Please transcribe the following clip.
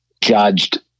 judged